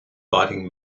fighting